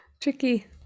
tricky